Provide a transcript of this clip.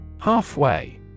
Halfway